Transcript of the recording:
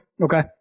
Okay